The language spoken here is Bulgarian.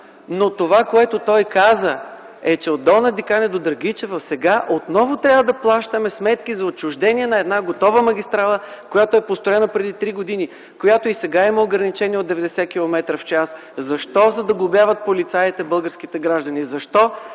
Това, което той каза, е, че от Долна Диканя до Драгичево сега отново трябва да плащаме сметки за отчуждение на една готова магистрала, която е построена преди три години, която и сега има ограничение от 90 километра в час. Защо? За да глобяват полицаите българските граждани. Защо?